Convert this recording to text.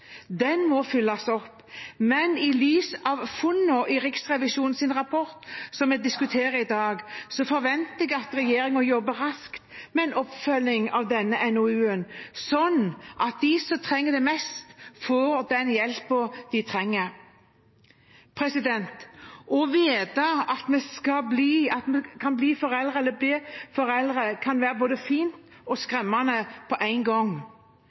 Den må fylles opp. Men i lys av funnene i Riksrevisjonens rapport, som vi diskuterer i dag, forventer jeg at regjeringen jobber raskt med en oppfølging av den NOU-en, sånn at de som trenger det mest, får den hjelpen de trenger. Å vite at man skal bli foreldre, kan være både fint og skremmende på en gang.